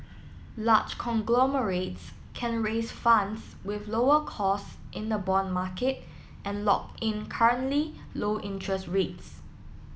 large conglomerates can raise funds with lower costs in the bond market and lock in currently low interest rates